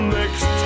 next